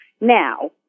Now